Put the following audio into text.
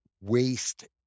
waste